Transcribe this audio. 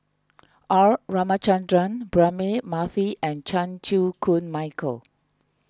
R Ramachandran Braema Mathi and Chan Chew Koon Michael